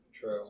True